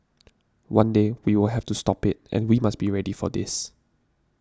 one day we will have to stop it and we must be ready for this